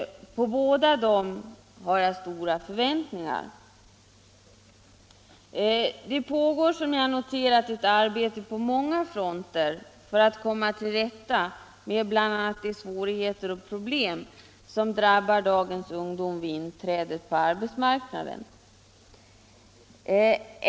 På båda dessa har jag stora förväntningar. Det pågår, som jag noterat, ett arbete på många fronter för att komma till rätta med de svårigheter och problem som drabbar dagens ungdom vid inträdet på arbetsmarknaden.